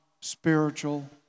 spiritual